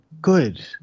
good